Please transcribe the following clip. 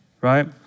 Right